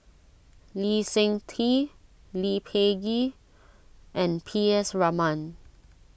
Lee Seng Tee Lee Peh Gee and P S Raman